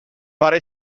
fare